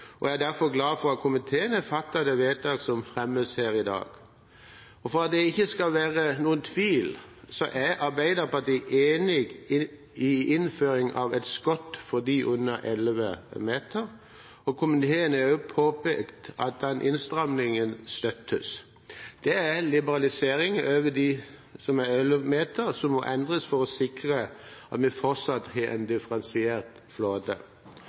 og er derfor glad for at komiteen har fattet det vedtaket som fremmes her i dag. For at det ikke skal være noen tvil: Arbeiderpartiet er enig i innføring av et skott for fartøy på under 11 meter, og komiteen har også påpekt at den innstrammingen støttes. Det er en liberalisering overfor dem som er 11 meter, som må endres for å sikre at vi fortsatt har en differensiert flåte.